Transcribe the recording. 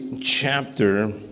chapter